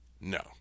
No